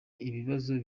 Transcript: ibibazo